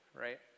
Right